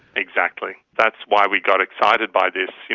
exactly, that's why we got excited by this. you